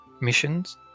missions